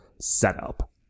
setup